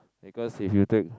because if you drink